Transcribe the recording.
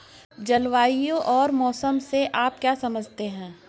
जलवायु और मौसम से आप क्या समझते हैं?